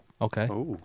Okay